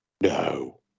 No